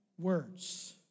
words